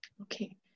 Okay